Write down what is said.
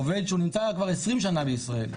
עובד שכבר נמצא 20 שנה בישראל,